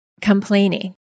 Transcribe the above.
complaining